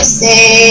say